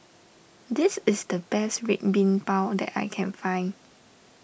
this is the best Red Bean Bao that I can find